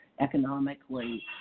economically